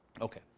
Okay